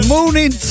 Morning